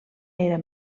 era